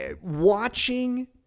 Watching